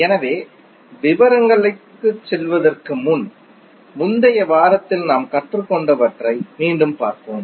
எனவே விவரங்களுக்குச் செல்வதற்கு முன் முந்தைய வாரத்தில் நாம் கற்றுக் கொண்டவற்றை மீண்டும் பார்ப்போம்